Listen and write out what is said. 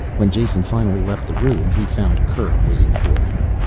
when jason finally left the room he found kerk waiting for him.